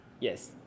Yes